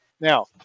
Now